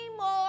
more